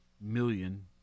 million